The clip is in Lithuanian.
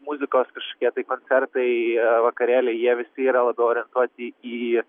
muzikos kažkokie tai koncertai vakarėliai jie visi yra labiau orientuoti į